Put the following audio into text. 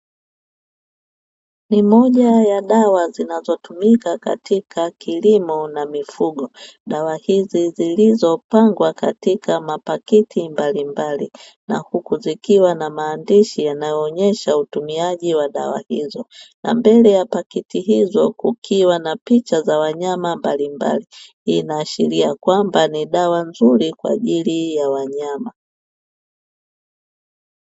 Ni moja ya dawa zinazotumika katika kilimo na mifugo. Dawa hizi zilizopangwa katika mapakiti mbalimbali na huku zikiwa na maandishi yanayoonyesha utumiaji wa dawa hizo. Na mbele ya pakiti hizo kukiwa na picha za wanyama mbalimbali. Hii inaashiria kwamba ni dawa nzuri kwa ajili ya wanyama.